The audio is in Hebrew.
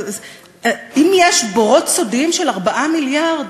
אם יש בורות סודיים של 4 מיליארד,